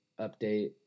update